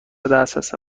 دسترس